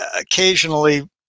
occasionally